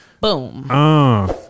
Boom